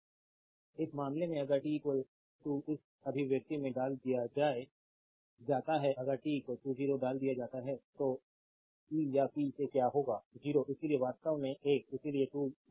तो इस मामले में अगर t इस अभिव्यक्ति में डाल दिया जाता है अगर t 0 डाल दिया जाता है तो ई या पी से क्या होगा 0 इसलिए वास्तव में 1 इसलिए 2 2 0